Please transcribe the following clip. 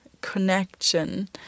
connection